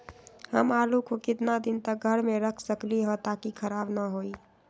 हम आलु को कितना दिन तक घर मे रख सकली ह ताकि खराब न होई?